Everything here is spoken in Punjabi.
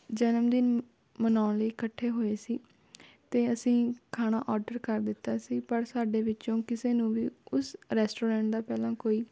ਜਨਮਦਿਨ ਮਨਾਉਣ ਲਈ ਇਕੱਠੇ ਹੋਏ ਸੀ ਅਤੇ ਅਸੀਂ ਖਾਣਾ ਔਡਰ ਕਰ ਦਿੱਤਾ ਸੀ ਪਰ ਸਾਡੇ ਵਿੱਚੋਂ ਕਿਸੇ ਨੂੰ ਵੀ ਉਸ ਰੈਸਟੋਰੈਂਟ ਦਾ ਪਹਿਲਾਂ ਕੋਈ